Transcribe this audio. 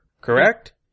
Correct